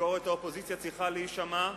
ביקורת האופוזיציה צריכה להישמע,